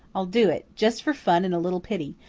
i'll do it just for fun and a little pity.